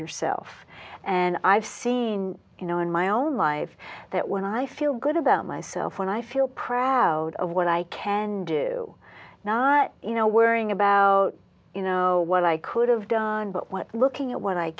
yourself and i've seen you know in my own life that when i feel good about myself when i feel proud of what i can i do not you know worrying about you know what i could have done but what looking at what i